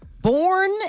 born